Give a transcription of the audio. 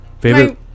Favorite